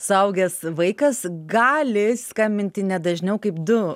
suaugęs vaikas gali skambinti ne dažniau kaip du